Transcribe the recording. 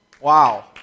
Wow